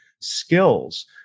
Skills